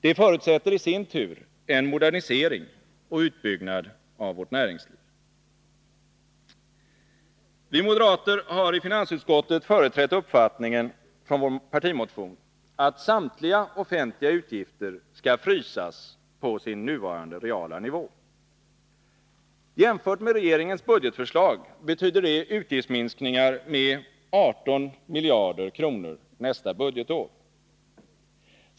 Detta förutsätter i sin tur en modernisering och utbyggnad av vårt näringsliv. Vi moderater har i finansutskottet företrätt uppfattningen från vår partimotion att samtliga offentliga utgifter skall frysas på sin nuvarande reala nivå. Jämfört med regeringens budgetförslag betyder det utgiftsminskningar med 18 miljarder kronor nästa budgetår.